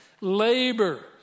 labor